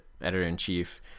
editor-in-chief